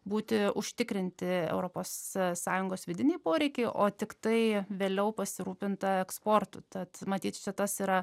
būti užtikrinti europos sąjungos vidiniai poreikiai o tiktai vėliau pasirūpinta eksportu tad matyt čia tas yra